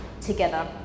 together